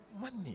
money